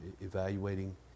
evaluating